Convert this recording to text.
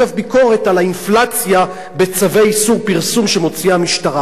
ביקורת על האינפלציה בצווי איסור פרסום שמוציאה המשטרה.